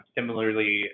Similarly